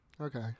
Okay